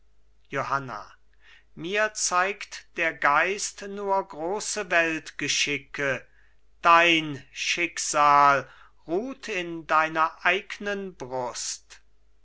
johanna mir zeigt der geist nur große weltgeschicke dein schicksal ruht in deiner eignen brust